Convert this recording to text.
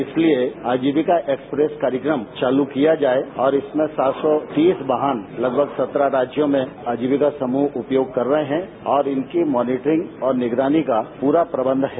इसलिए अजीविका एक्सप्रेस कार्यक्रम चालू किया जाये और इसमें सात सौ तीस वाहन लगभग सत्रह राज्यों में अजीविका समूह उपयोग कर रहे हैं और इनकी मॉनिटीरिंग और निगरानी का पूरा प्रबंध है